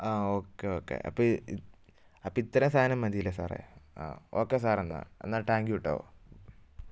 ആ okay okay അപ്പം അപ്പം ഇത്രയും സാധനം മതി അല്ലേ സാറേ ആ ഓക്കേ സാറെ എന്നാൽ എന്നാ താങ്ക്യൂ കേട്ടോ